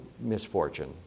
misfortune